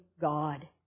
God